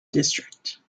district